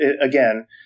again